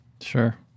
Sure